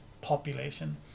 population